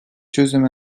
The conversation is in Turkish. çözüm